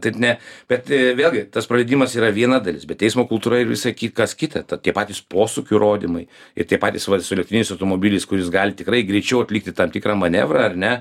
taip ne bet vėlgi tas praleidimas yra viena dalis bet eismo kultūra ir visa ki kas kita tie patys posūkių rodymai ir tie patys va su elektriniais automobiliais kuris gali tikrai greičiau atlikti tam tikrą manevrą ar ne